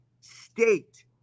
State